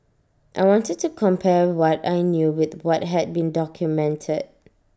I wanted to compare what I knew with what had been documented